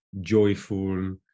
joyful